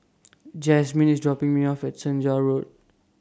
Jazmyn IS dropping Me off At Senja Road